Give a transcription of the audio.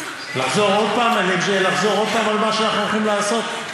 לחזור עוד פעם על מה שאנחנו הולכים לעשות?